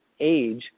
age